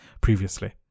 previously